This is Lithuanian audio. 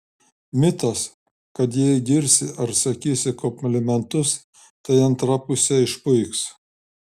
mitas kad jei girsi ar sakysi komplimentus tai antra pusė išpuiks